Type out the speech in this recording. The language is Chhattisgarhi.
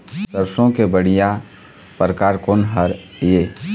सरसों के बढ़िया परकार कोन हर ये?